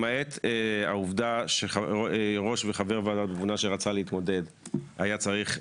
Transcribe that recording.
למעט העבודה שראש וחבר ועדה ממונה שרצה להתמודד היה צריך,